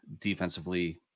defensively